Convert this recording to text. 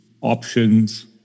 options